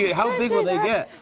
how big will they get?